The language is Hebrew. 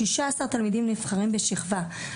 16 ילדים נבחרים בשכבה שלמה.